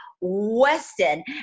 Weston